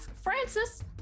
Francis